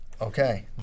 Okay